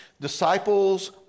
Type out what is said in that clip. Disciples